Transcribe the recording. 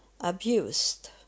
abused